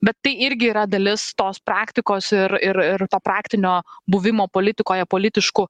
bet tai irgi yra dalis tos praktikos ir ir ir praktinio buvimo politikoje politišku